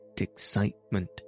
excitement